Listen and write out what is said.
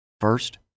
First